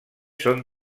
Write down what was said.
són